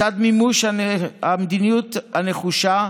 לצד מימוש המדיניות הנחושה,